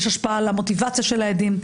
על המוטיבציה של העדים,